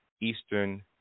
Eastern